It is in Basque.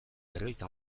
berrogeita